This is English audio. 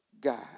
God